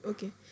Okay